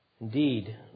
Indeed